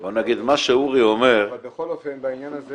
אבל בכל אופן בעניין הזה